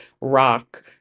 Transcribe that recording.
rock